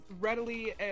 readily